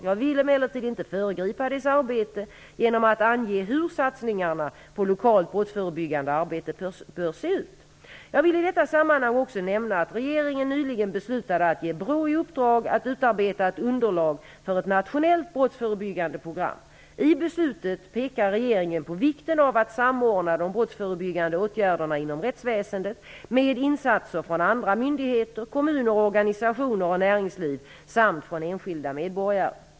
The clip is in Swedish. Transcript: Jag vill emellertid inte föregripa dess arbete genom att ange hur satsningarna på lokalt brottsförebyggande arbete bör se ut. Jag vill i detta sammanhang också nämna att regeringen nyligen beslutade att ge BRÅ i uppdrag att utarbeta ett underlag för ett nationellt brottsförebyggande program. I beslutet pekar regeringen på vikten av att samordna de brottsförebyggande åtgärderna inom rättsväsendet med insatser från andra myndigheter, kommuner, organisationer och näringsliv samt från enskilda medborgare.